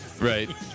Right